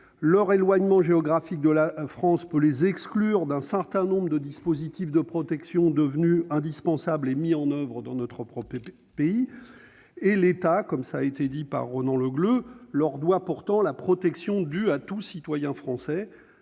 Leur éloignement géographique de la France peut les priver d'un certain nombre de dispositifs de protection devenus indispensables et mis en oeuvre dans notre propre pays. L'État, comme l'a dit Ronan Le Gleut, leur doit pourtant la protection, comme à tout citoyen français,